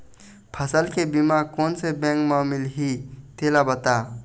फसल के बीमा कोन से बैंक म मिलही तेला बता?